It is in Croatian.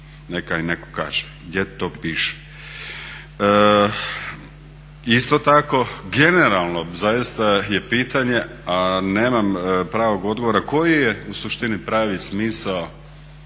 neka mi neko kaže gdje to piše. Isto tako generalno zaista je pitanje a nemam pravog odgovora koji je u suštini pravi smisao